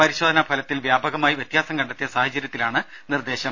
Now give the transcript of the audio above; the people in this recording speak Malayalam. പരിശോധനാ ഫലത്തിൽ വ്യാപകമായി വ്യത്യാസം കണ്ടെത്തിയ സാഹചര്യത്തിലാണ് നിർദേശം